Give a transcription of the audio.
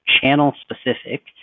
channel-specific